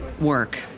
work